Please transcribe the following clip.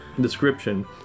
Description